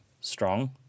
strong